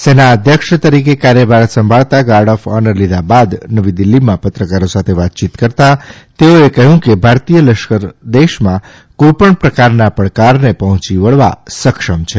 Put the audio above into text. સેના અધ્યક્ષ તરીકે કાર્યભાર સંભાળતા ગાર્ડ ઓફ ઓનર લીધા બાદ નવી દીલ્ફીમાં પત્રકારો સાથે વાતચીત કરતાં તેઓ કહ્યું કે ભારતીય લશ્કર દેશમાં કોઇપણ પ્રકારના પડકારને પર્હોંચી વળવા સક્ષમ છે